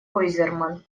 ойзерман